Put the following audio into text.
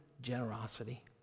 Generosity